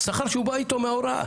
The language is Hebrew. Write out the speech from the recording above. שכר שהוא בא איתו מההוראה.